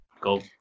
go